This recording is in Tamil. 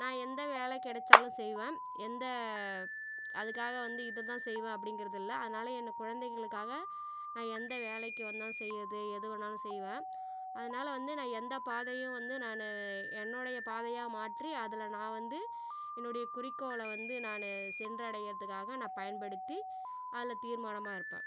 நான் எந்த வேலை கிடச்சாலும் செய்வேன் எந்த அதுக்காக வந்து இதை தான் செய்வேன் அப்படிங்கிறதில்ல அதனால் என் குழந்தைகளுக்காக நா எந்த வேலைக்கு வந்தாலும் செய்கிறது எது வேணாலும் செய்வேன் அதனால வந்து நான் எந்த பாதையும் வந்து நான் என்னுடைய பாதையாக மாற்றி அதில் நான் வந்து என்னுடைய குறிக்கோளை வந்து நான் சென்றடையறதுக்காக நான் பயன்படுத்தி அதில் தீர்மானமாக இருப்பேன்